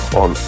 on